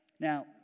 Now